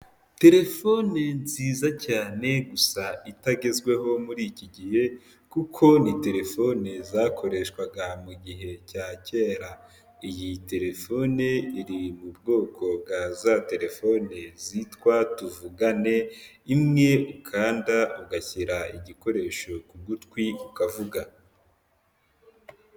Telefone nziza cyane gusa itagezweho muri iki gihe kuko ni telefone zakoreshwaga mu gihe cya kera, iyi telefone iri mu bwoko bwa za telefone zitwa tuvugane, imwe ukanda ugashyira igikoresho ku gutwi ukavuga.